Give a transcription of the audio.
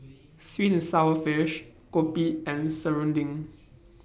Sweet and Sour Fish Kopi and Serunding